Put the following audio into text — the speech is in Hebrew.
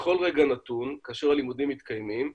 בכל רגע נתון כאשר הלימודים מתקיימים,